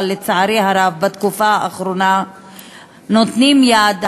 אבל לצערי הרב בתקופה האחרונה נותנים יד,